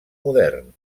modern